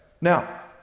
Now